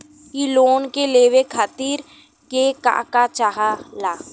इ लोन के लेवे खातीर के का का चाहा ला?